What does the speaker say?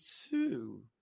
two